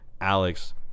Alex